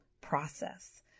process